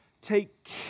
take